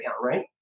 right